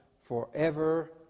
forever